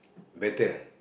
better